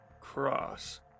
Cross